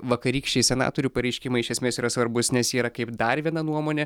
vakarykščiai senatorių pareiškimai iš esmės yra svarbūs nes yra kaip dar viena nuomonė